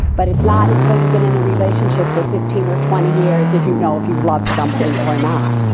but it's not until you've been in a relationship for fifteen or twenty years if you know if you love somebody or not.